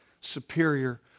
superior